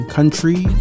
country